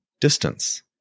distance